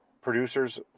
producers